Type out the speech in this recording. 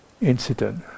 incident